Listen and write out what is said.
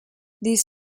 these